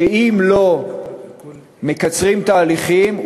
שאם לא מקצרים תהליכים,